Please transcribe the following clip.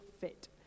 fit